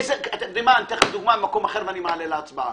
אני אביא דוגמה ממקום אחר ואני מעלה להצבעה.